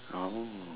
oh